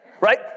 right